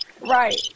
Right